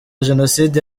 jenoside